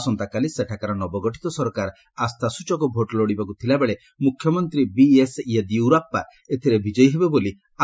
ଆସନ୍ତାକାଲି ସେଠାକାର ନବଗଠିତ ସରକାର ଆସ୍ଥାସ୍ଟଚକ ଭୋଟ ଲୋଡ଼ିବାକୁ ଥିଲାବେଳେ ମୁଖ୍ୟମନ୍ତ୍ରୀ ବିଏସ୍ ୟେଦିୟୁରାପ୍ପା ଏଥିରେ ବିଜୟୀ ହେବେ ବୋଲି ଆଶାପୋଷଣ କରିଛନ୍ତି